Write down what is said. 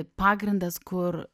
pagrindas kur